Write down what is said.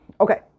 Okay